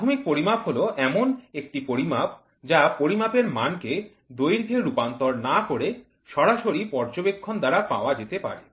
প্রাথমিক পরিমাপ হল এমন একটি পরিমাপ যা পরিমাপের মান কে দৈর্ঘ্যে রূপান্তর না করে সরাসরি পর্যবেক্ষণ দ্বারা পাওয়া যেতে পারে